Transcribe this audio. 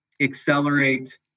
accelerate